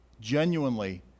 genuinely